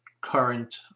current